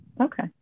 Okay